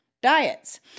Diets